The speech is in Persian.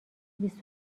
بیست